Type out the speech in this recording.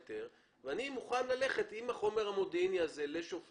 ההיתר והיא מוכנה ללכת עם החומר המודיעיני הזה לשופט